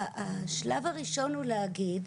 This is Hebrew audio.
השלב הראשון הוא להגיד,